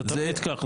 זה תמיד כך.